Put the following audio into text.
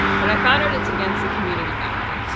but i found out it's against the community guidelines.